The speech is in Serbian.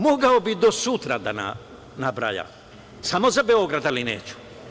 Mogao bih do sutra da nabrajam samo za Beograd, ali neću.